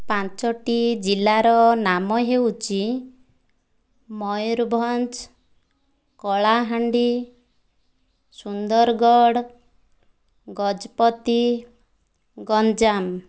ପାଞ୍ଚଟି ଜିଲ୍ଲାର ନାମ ହେଉଛି ମୟୂରଭଞ୍ଜ କଳାହାଣ୍ଡି ସୁନ୍ଦରଗଡ଼ ଗଜପତି ଗଞ୍ଜାମ